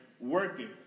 Working